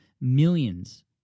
Millions